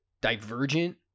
divergent